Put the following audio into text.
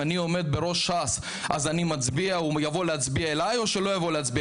אם אני עומד בראש ש"ס הוא יבוא להצביע לי או לא,